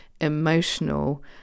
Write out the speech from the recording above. emotional